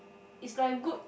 it's by good